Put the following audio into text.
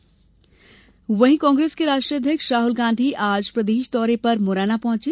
राहुल गांधी वहीं कांग्रेस के राष्ट्रीय अध्यक्ष राहुल गांधी आज प्रदेश दौरे पर मुरैना पहुंचे